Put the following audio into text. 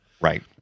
Right